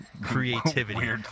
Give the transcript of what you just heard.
creativity